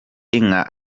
inka